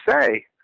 say